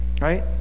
right